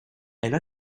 elle